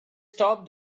stop